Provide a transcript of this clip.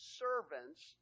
servants